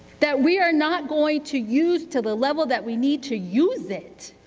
that we are not going to use to the level that we need to use it